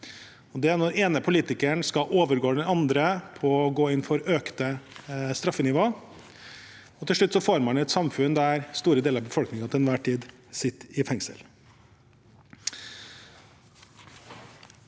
Det er når den ene politikeren skal overgå den andre i å gå inn for økte straffenivåer, og til slutt får man et samfunn der store deler av befolkningen til enhver